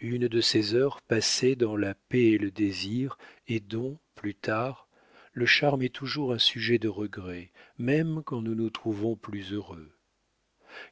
une de ces heures passées dans la paix et le désir et dont plus tard le charme est toujours un sujet de regret même quand nous nous trouvons plus heureux